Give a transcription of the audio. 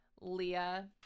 Leah